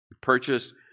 Purchased